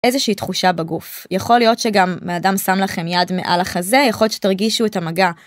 איזושהי תחושה בגוף, יכול להיות שגם מאדם שם לכם יד מעל החזה, יכול להיות שתרגישו את המגע.